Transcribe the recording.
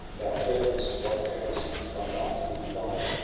thou threatenest what transcends thy might, even thine.